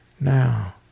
now